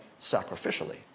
sacrificially